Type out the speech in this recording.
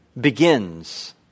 begins